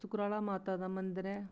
सुकराला माता दा मंदर ऐ